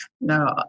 no